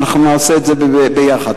נעשה את זה יחד.